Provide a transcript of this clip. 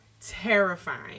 terrifying